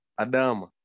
Adama